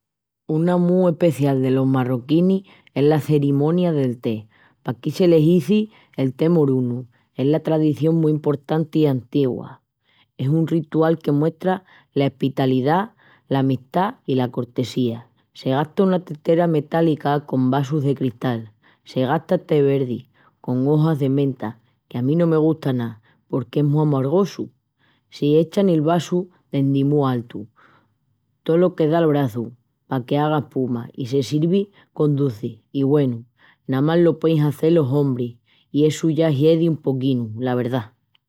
Una mu especial delos marroquinis es la cerimonia del té. Paquí se l'izi el té morunu, es una tradición mu emportanti i antigua. Es un ritual que muestra la espitalidá, l'amistá i la cortesía. Se gasta una tetera metálica con vasus de cristal, se gasta té verdi, con ojas de menta, que a mí no me gusta ná, porque es mu amargosu. S'echa nel vasu dendi mu altu, tolo que da el braçu paque haga espuma. I se sirvi con ducis i, güenu, namás lo puein hazel los ombris. I essu ya hiedi un poquinu, la verdá!